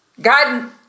God